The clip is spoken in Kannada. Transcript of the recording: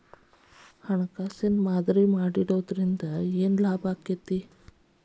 ಹಣ್ಕಾಸಿನ್ ಮಾದರಿ ಮಾಡಿಡೊದ್ರಿಂದಾ ಏನ್ ಲಾಭಾಕ್ಕೇತಿ?